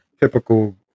typical